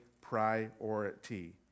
priority